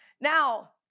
Now